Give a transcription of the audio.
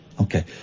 Okay